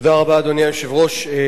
תודה רבה, אדוני היושב-ראש.